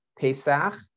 Pesach